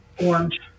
Orange